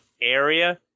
area